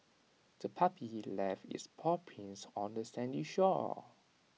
the puppy left its paw prints on the sandy shore